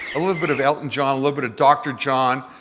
a little bit of elton john, a little bit of dr. john,